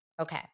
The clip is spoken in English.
Okay